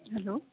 hello